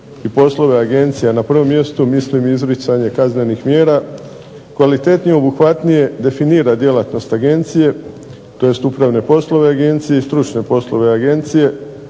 i poslove Agencija, na prvom mjestu mislim izricanje kaznenih mjera, kvalitetnije, obuhvatnije definira djelatnost Agencije, tj. upravne poslove Agencije i stručne poslove Agencije,